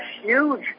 huge